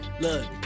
look